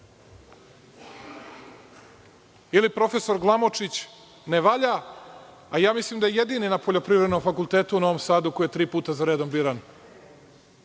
Ili profesor Glamočić ne valja, a ja mislim da je jedini na poljoprivrednom fakultetu u Novom Sadu koji je tri puta za redom biran